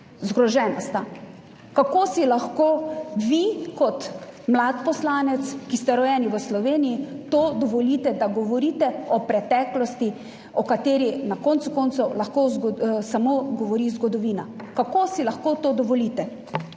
Zgrožena sta. Kako si lahko vi kot mlad poslanec, ki ste rojeni v Sloveniji, dovolite to, da govorite o preteklosti, o kateri na koncu koncev lahko govori samo zgodovina? Kako si lahko to dovolite?